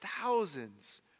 thousands